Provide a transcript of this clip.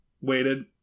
waited